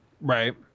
Right